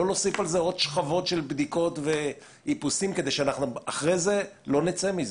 לא להוסיף על זה עוד שכבות של בדיקות כי אחרי זה לא נצא מזה.